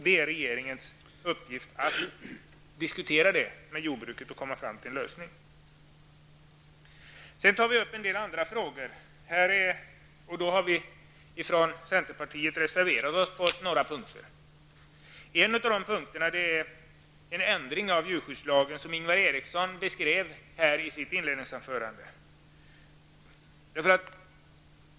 Det är regeringens uppgift att föra diskussionen med jordbruket och komma fram till en lösning. I betänkandet tas också upp andra frågor. Vi i centerpartiet har reserverat oss på en del punkter. En av dessa punkter gäller den ändring av djurskyddslagen som Ingvar Eriksson beskrev i sitt inledningsanförande.